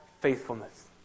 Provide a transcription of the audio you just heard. faithfulness